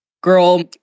girl